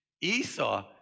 Esau